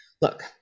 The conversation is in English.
Look